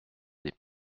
des